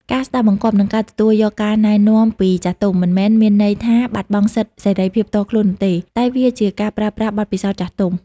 ការស្ដាប់បង្គាប់ និងការទទួលយកការណែនាំពីចាស់ទុំ មិនមែនមានន័យថាបាត់បង់សិទ្ធិសេរីភាពផ្ទាល់ខ្លួននោះទេ តែវាជាការប្រើប្រាស់បទពិសោធន៍ចាស់ទុំ។